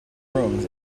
rooms